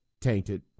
tainted